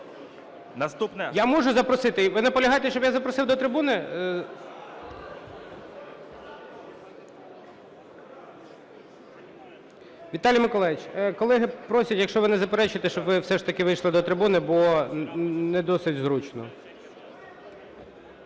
Віталій Миколайович, колеги, просять, якщо ви не заперечуєте, щоб ви все ж таки вийшли до трибуни, бо не досить зручно.